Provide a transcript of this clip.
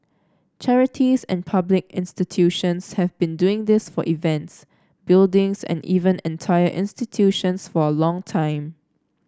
charities and public institutions have been doing this for events buildings and even entire institutions for a long time